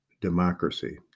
democracy